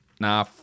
Nah